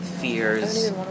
fears